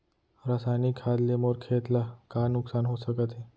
रसायनिक खाद ले मोर खेत ला का नुकसान हो सकत हे?